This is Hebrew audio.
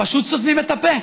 פשוט סותמים את הפה.